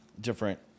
different